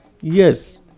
Yes